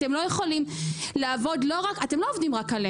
אתם לא עובדים רק עלינו.